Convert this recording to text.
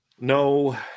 No